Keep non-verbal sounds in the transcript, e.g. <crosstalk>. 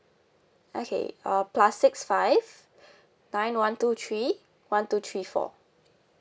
okay uh plus six five <breath> nine one two three one two three four